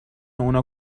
اونا